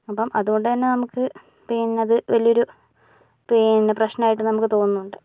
അപ്പം അതുകൊണ്ടു തന്നെ നമുക്ക് പിന്നത് വലിയൊരു പിന്നെ പ്രശ്നായിട്ട് നമുക്ക് തോന്നുന്നുണ്ട്